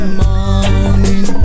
morning